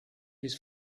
his